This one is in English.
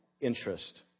interest